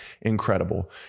incredible